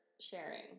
sharing